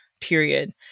period